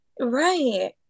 Right